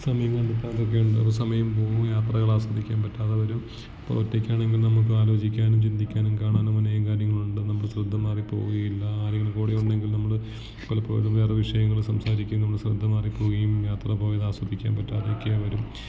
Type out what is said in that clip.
സമയം കണ്ടെത്താറൊക്കെയുണ്ട് അപ്പോൾ സമയം പോവുകയും യാത്രകൾ ആസ്വദിക്കാൻ പറ്റാതെ വരും അപ്പോൾ ഒറ്റയ്ക്കാണെങ്കിൽ നമുക്ക് ആലോചിക്കാനും ചിന്തിക്കാനും കാണാനും അനേകം കാര്യങ്ങളുണ്ട് നമ്മുടെ ശ്രദ്ധ മാറി പോവുകയില്ല ആരെങ്കിലും കൂടെ ഉണ്ടെങ്കിൽ നമ്മള് പലപ്പോഴും വേറെ വിഷയങ്ങള് സംസാരിക്കുകയും നമ്മുടെ ശ്രദ്ധ മാറി പോവുകയും യാത്ര പോയത് ആസ്വദിക്കാൻ പറ്റാതൊക്കെയും വരും